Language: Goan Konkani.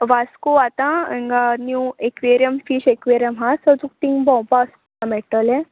वास्को आतां हिंगा नीव एकवेरीयम फीश एक्वेरीयम आहा सो तु थिंग भोंवपा वोसपाक मेळटलें